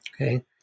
Okay